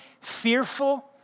fearful